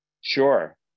Sure